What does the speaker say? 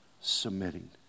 submitting